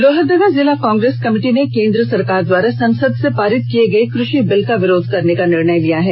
लोहरदगा जिला कांग्रेस कमिटी ने केंद्र सरकार द्वारा संसद से पारित किए गए कृषि बिल का विरोध करने का निर्णय लिया है